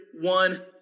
one